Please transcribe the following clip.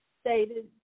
stated